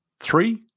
three